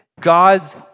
God's